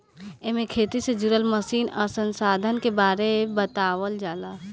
एमे खेती से जुड़ल मशीन आ संसाधन के बारे बतावल जाला